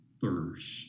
thirst